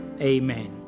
Amen